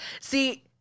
see